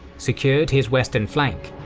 secured his western flank,